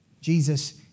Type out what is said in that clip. Jesus